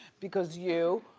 because you,